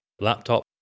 laptop